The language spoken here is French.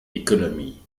économie